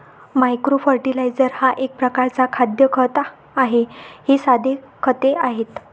micro fertiliser हा एक प्रकारचा खाद्य खत आहे हे साधे खते आहेत